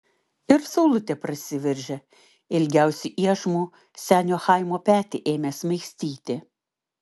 ir saulutė prasiveržė ilgiausiu iešmu senio chaimo petį ėmė smaigstyti